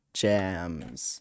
jams